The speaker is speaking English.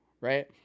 right